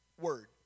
word